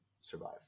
survive